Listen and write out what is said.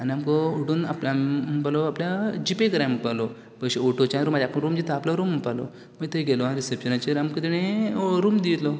आनी आमकां उडून आपल्यान म्हणपाक लागलो आपल्या जी पे करात म्हणपालो ओटोच्या आपल्या रूम दिता आपलो रूम म्हणपाक लागलो मागीर थंय गेले रिसेप्शनाचेर आमकां तेणें रूम दिलो